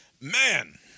man